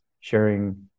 sharing